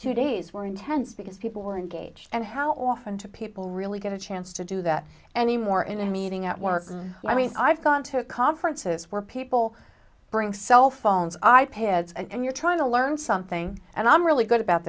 two days were intense because people were engaged and how often to people really get a chance to do that anymore in a meeting at work i mean i've gone to conferences where people bring cell phones i pads and you're trying to learn something and i'm really good about